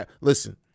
listen